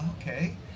okay